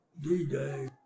D-Day